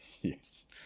Yes